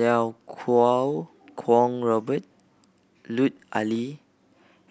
Iau Kuo Kwong Robert Lut Ali